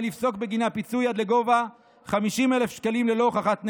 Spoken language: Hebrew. לפסוק בגינה פיצוי עד לגובה 50,000 שקלים ללא הוכחת נזק.